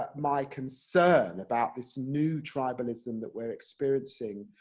ah my concern about this new tribalism that we're experiencing,